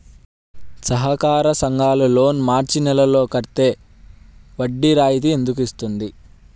సహకార సంఘాల loan March లోపు కట్టితే వడ్డీ రాయితీ ఎందుకు ఇస్తుంది?